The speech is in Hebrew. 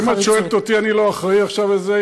טוב, אם את שואלת אותי, אני לא אחראי עכשיו לזה.